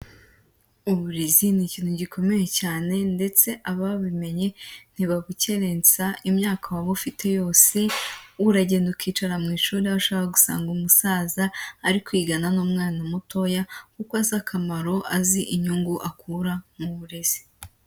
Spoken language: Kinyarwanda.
Uburezi ni ikintu gikomeye cyane ndetse ababimenye ntibabukerensa, imyaka waba ufite yose uragenda ukicara mu ishuri, aho ushobora gusanga umusaza ari kwigana nk'umwana mutoya kuko azi akamaro azi inyungu akura mu burezi.